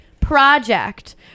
project